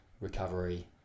recovery